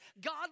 God